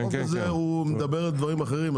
החוק הזה מדבר על דברים אחרים.